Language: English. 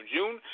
June